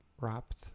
wrapped